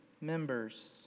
members